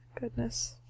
goodness